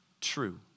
true